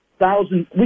thousands